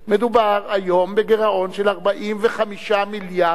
מדובר היום בגירעון של 45 מיליארד,